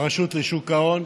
הרשות לשוק ההון.